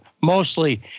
mostly